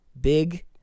big